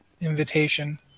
invitation